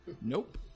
Nope